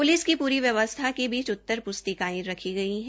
police की प्री व्यवस्था के बीच उत्तर प्स्तिकायें रखी गई है